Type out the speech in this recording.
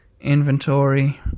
Inventory